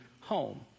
home